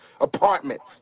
apartments